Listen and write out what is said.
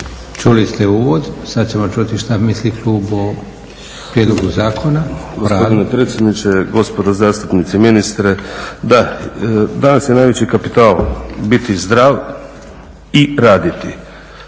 Čuli ste uvod, sad ćemo čuti što misli klub o Prijedlogu zakona